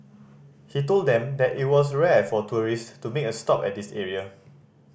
he told them that it was rare for tourist to make a stop at this area